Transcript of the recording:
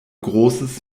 großes